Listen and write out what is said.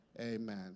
Amen